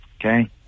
Okay